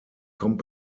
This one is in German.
kommt